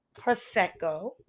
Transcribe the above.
Prosecco